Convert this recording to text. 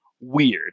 weird